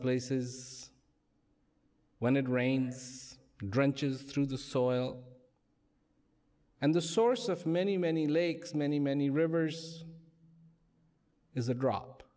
places when it rains drench is through the soil and the source of many many lakes many many rivers is a drop